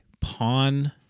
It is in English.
Pawn